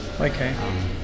Okay